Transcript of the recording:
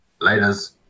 Laters